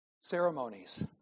ceremonies